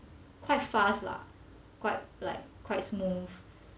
quite fast lah quite like quite smooth